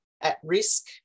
at-risk